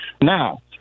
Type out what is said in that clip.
Now